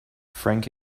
frank